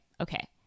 okay